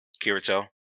Kirito